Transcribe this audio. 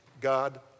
God